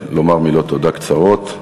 לומר מילות תודה קצרות,